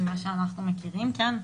לפי מה שאנחנו מכירים, כן.